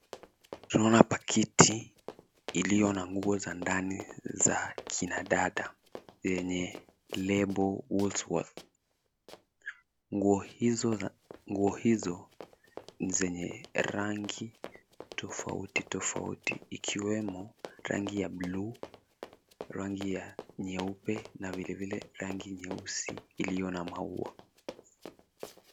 Tunaona pakiti iliyo na nguo za ndani za akina dada, lenye lebo Woolworths. Nguo hizo ni zenye rangi tofauti tofauti ikiwemo rangi ya buluu, rangi nyeupe na vilevile rangi nyeusi yenye maua.